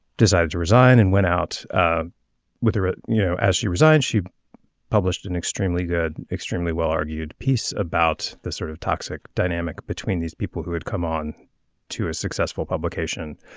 decided to resign and went out with her. you know as she resigned she published an extremely good extremely well argued piece about the sort of toxic dynamic between these people who had come on to a successful publication.